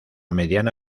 mediana